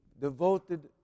devoted